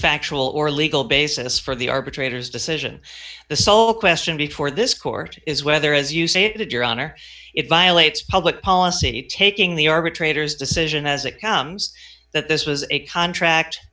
factual or legal basis for the arbitrator's decision the sole question before this court is whether as you say it your honor it violates public policy taking the arbitrator's decision as it comes that this was a contract